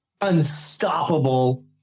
unstoppable